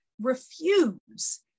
refuse